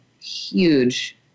huge